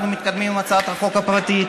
אנחנו מתקדמים עם הצעת החוק הפרטית,